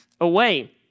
away